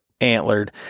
antlered